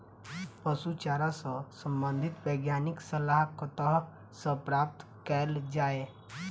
पशु चारा सऽ संबंधित वैज्ञानिक सलाह कतह सऽ प्राप्त कैल जाय?